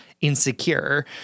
insecure